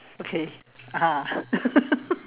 okay ah